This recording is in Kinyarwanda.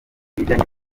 ibijyanye